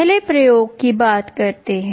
पहले प्रयोग की बात करते हैं